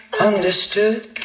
understood